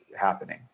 happening